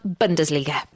Bundesliga